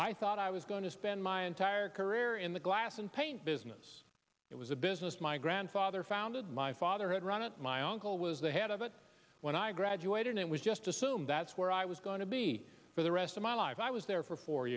i thought i was going to spend my entire career in the glass and paint business it was a business my grandfather founded my father had run it my uncle was the head of it when i graduated it was just assumed that's where i was going to be for the rest of my life i was there for four